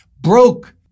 broke